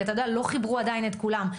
כי אתה יודע לא חיברו עדיין את כולם,